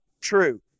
true